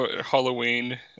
Halloween